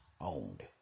owned